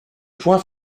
point